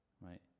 right